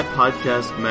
podcast